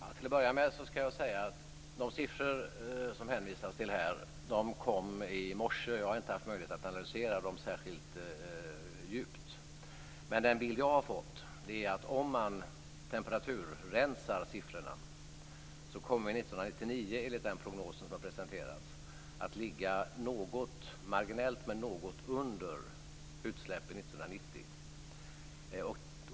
Fru talman! Till att börja med skall jag säga att de siffror som hänvisas till kom i morse, och jag har inte haft möjlighet att analysera dem särskilt djupt. Men den bild jag har fått är att om man temperaturrensar siffrorna kommer vi 1999 enligt den prognos som har presenterats att ligga något - marginellt, men något - under utsläppen 1990.